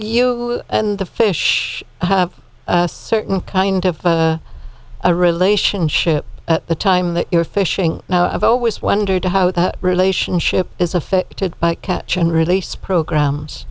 you and the fish certain kind of a relationship at the time that you're fishing i've always wondered how that relationship is affected by catch and release programs